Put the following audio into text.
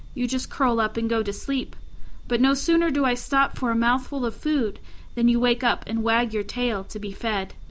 you just curl up and go to sleep but no sooner do i stop for a mouthful of food than you wake up and wag your tail to be fed.